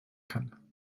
kann